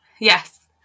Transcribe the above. yes